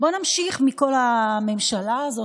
בואו נמשיך עם כל הממשלה הזאת,